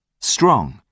strong